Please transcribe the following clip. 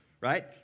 right